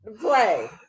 play